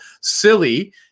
silly